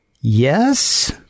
Yes